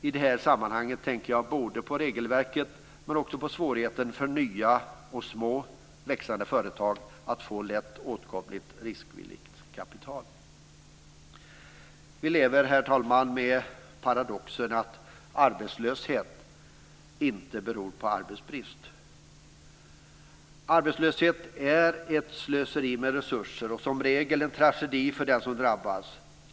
I det sammanhanget tänker jag både på regelverket och på svårigheten för nya, små och växande företag att få lätt åtkomligt riskvilligt kapital. Vi lever, herr talman, med paradoxen att arbetslösheten inte beror på arbetsbrist. Arbetslöshet är ett slöseri med resurser, och som regel en tragedi för den som drabbas.